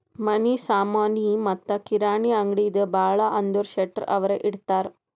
ಮನಿ ಸಾಮನಿ ಮತ್ತ ಕಿರಾಣಿ ಅಂಗ್ಡಿ ಭಾಳ ಅಂದುರ್ ಶೆಟ್ಟರ್ ಅವ್ರೆ ಇಡ್ತಾರ್